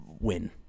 win